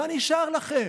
מה נשאר לכם?